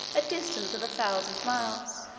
a distance of a thousand miles,